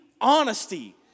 honesty